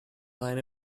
line